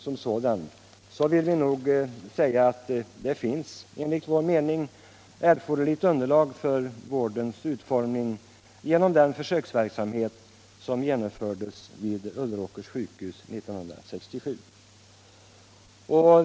Vi vill nog säga att det finns erforderligt underlag för vårdens utformning genom den försöksverksamhet som genomfördes vid Ulleråkers sjukhus 1967.